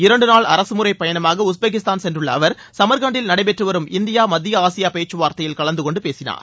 இரண்டு நாள் அரசுமுறை பயணமாக உஸ்பெகிஸ்தான் சென்றுள்ள அவர் சமர்கண்டில் நடைபெற்று வரும் இந்தியா மத்திய ஆசியா பேச்சுவார்த்தையில் கலந்தகொண்டு பேசினார்